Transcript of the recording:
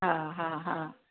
हा हा हा